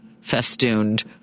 festooned